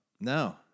no